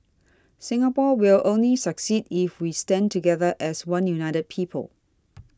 Singapore will only succeed if we stand together as one united people